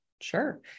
sure